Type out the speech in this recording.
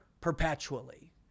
perpetually